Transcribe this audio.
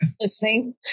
listening